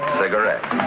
cigarette